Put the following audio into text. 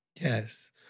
Yes